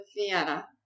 Vienna